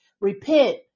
Repent